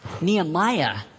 Nehemiah